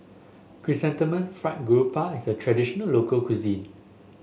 Chrysanthemum Fried Garoupa is a traditional local cuisine